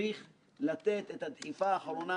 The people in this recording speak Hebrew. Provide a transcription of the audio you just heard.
שצריך לתת את הדחיפה האחרונה.